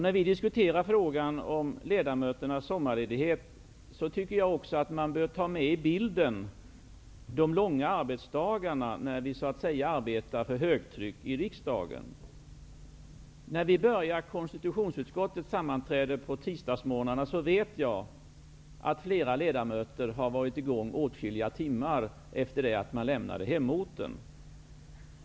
När frågan om ledamöternas sommarledighet diskuteras, bör man också, tycker jag, ta med i bilden de långa arbetsdagar vi har när vi så att säga arbetar för högtryck i riksdagen. På tisdagmorgnar, när konstitutionsutskottets sammanträde börjar, har flera ledamöter, det vet jag, varit i gång åtskilliga timmar efter det att de lämnat hemorten.